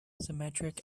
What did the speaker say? symmetric